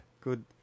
Good